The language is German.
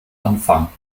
anfang